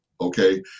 Okay